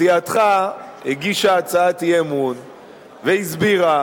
סיעתך הגישה הצעת אי-אמון והסבירה,